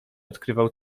odkrywał